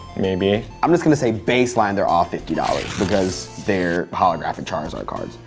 maybe. i'm just gonna say baseline, they're all fifty dollars, because they're holographic charizard cards.